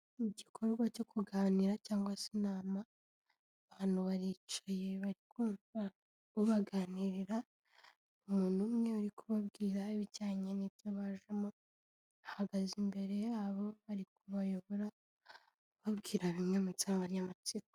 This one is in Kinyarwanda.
Mu gikorwa cyo kuganira cyangwa se inama abantu baricaye bari kumva ubaganirira umuntu umwe uri kubabwira ibijyanye n'ibyo bajemo ahagaze imbere yabo ari kubayobora babwira bimwe mu isanganyamatsiko.